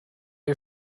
you